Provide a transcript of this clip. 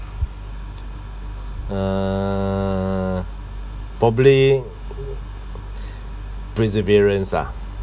uh probably perseverance lah